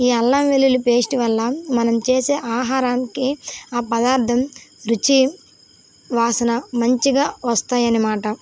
ఈ అల్లం వెల్లుల్లి పేస్ట్ వల్ల మనం చేసే ఆహారానికి ఆ పదార్థం రుచి వాసన మంచిగా వస్తాయన్నమాట